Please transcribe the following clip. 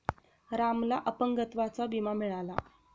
रामला अपंगत्वाचा विमा मिळाला